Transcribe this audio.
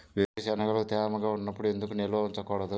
వేరుశనగలు తేమగా ఉన్నప్పుడు ఎందుకు నిల్వ ఉంచకూడదు?